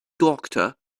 doctor